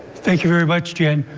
thank you very much jen,